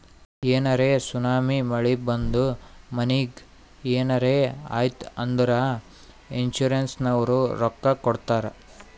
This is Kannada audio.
ಏನರೇ ಸುನಾಮಿ, ಮಳಿ ಬಂದು ಮನಿಗ್ ಏನರೇ ಆಯ್ತ್ ಅಂದುರ್ ಇನ್ಸೂರೆನ್ಸನವ್ರು ರೊಕ್ಕಾ ಕೊಡ್ತಾರ್